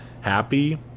happy